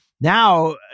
Now